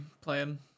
Playing